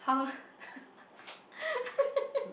how